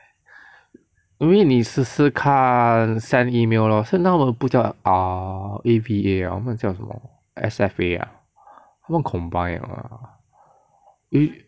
maybe 你试试看 send email lor 现在他们不叫 A_V_A liao 他们叫什么 S_F_A ah 他们 combine liao lah with